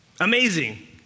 Amazing